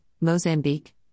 Mozambique